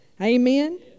Amen